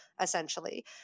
essentially